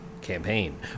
campaign